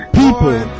people